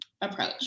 approach